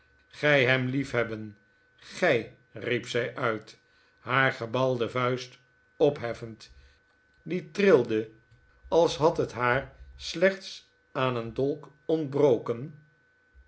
ij hem liefhebben gij riep zij uit haar gebalde vuist opheffend die trilde als had het haar slechts aan een dolk